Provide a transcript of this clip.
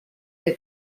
que